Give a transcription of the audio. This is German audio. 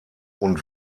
und